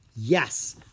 Yes